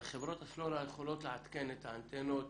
וחברות הסלולר יכולות לעדכן את האנטנות